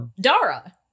Dara